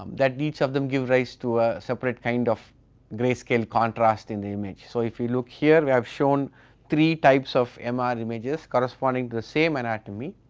um that each of them gives rise to a separate kind of greyscale contrast in the image. so if you look here, we have shown three types of mr um ah images, corresponding to the same anatomy.